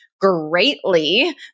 greatly